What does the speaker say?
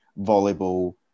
volleyball